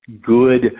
good